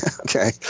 okay